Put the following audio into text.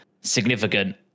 significant